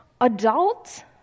adult